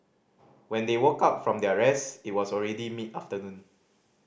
when they woke up from their rest it was already mid afternoon